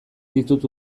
ditut